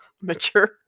mature